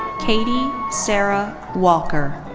katie sarah walker.